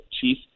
Chief